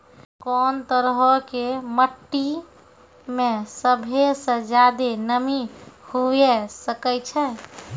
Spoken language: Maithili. कोन तरहो के मट्टी मे सभ्भे से ज्यादे नमी हुये सकै छै?